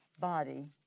body